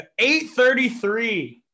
833